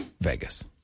Vegas